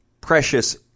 precious